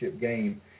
game